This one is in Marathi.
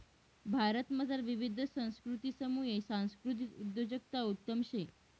भारतमझार विविध संस्कृतीसमुये सांस्कृतिक उद्योजकता उत्तम शे